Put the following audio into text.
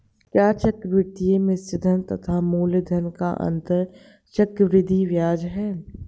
क्या चक्रवर्ती मिश्रधन तथा मूलधन का अंतर चक्रवृद्धि ब्याज है?